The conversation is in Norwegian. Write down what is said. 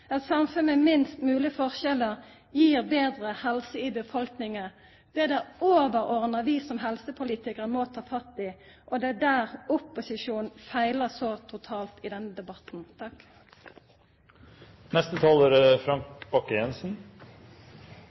Eit samfunn med minst mogleg forskjellar gir betre helse i befolkninga. Det er det overordna som vi som helsepolitikarar må ta fatt i, og det er der opposisjonen feilar så totalt i denne debatten.